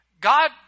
God